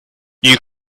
you